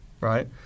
right